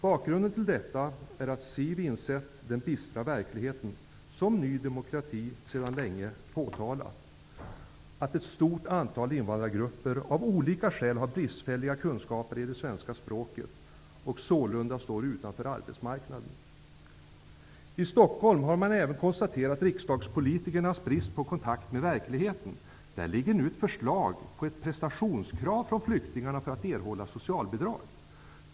Bakgrunden till detta är att SIV insett den bistra verkligheten, som Ny demokrati sedan länge påtalat, dvs. att ett stort antal invandrargrupper av olika skäl har bristfälliga kunskaper i det svenska språket och sålunda står utanför arbetsmarknaden. I Stockholm har man även konstaterat riksdagspolitikernas brist på kontakt med verkligheten. Där ligger nu förslag på ett prestationskrav på flyktingarna för att de skall erhålla socialbidrag.